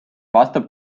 vastab